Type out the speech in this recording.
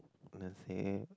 then say